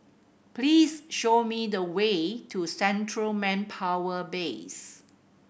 please show me the way to Central Manpower Base